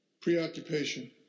Preoccupation